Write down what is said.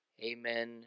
amen